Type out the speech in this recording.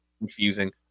confusing